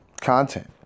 content